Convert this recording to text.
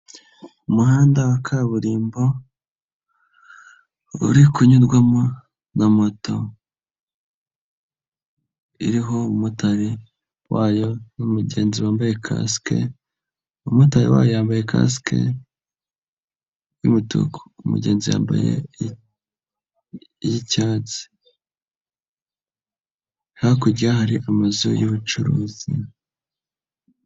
Umuhanda wa kaburimbo, uri kunyurwamo na moto, iriho umumotari wayo n'umugenzi wambaye kasike. Umumotari wayo yambaye kasike y'umutuku, umugenzi yambaye iyicyatsi. Hakurya hari amazu y'ubucuruzi.